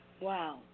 Wow